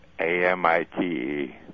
A-M-I-T-E